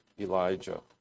Elijah